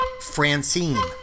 Francine